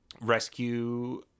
rescue